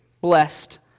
blessed